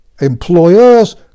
employers